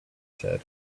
said